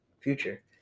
future